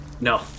No